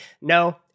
no